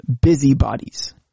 busybodies